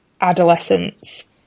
adolescents